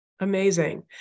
Amazing